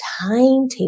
timetable